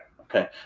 Okay